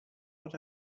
what